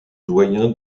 doyen